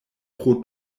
pro